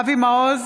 אבי מעוז,